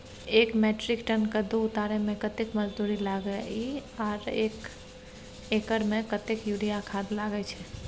एक metric ton कद्दू उतारे में कतेक मजदूरी लागे इ आर एक एकर में कतेक यूरिया खाद लागे छै?